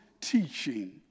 teaching